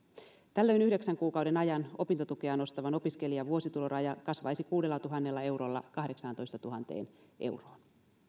tällöin yhdeksän kuukauden ajan opintotukea nostavan opiskelijan vuosituloraja kasvaisi kuudellatuhannella eurolla kahdeksaantoistatuhanteen euroon